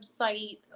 website